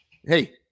Hey